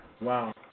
Wow